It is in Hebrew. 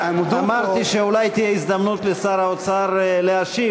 אמרתי שאולי תהיה הזדמנות לשר האוצר להשיב,